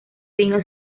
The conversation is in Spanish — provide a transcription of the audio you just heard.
vino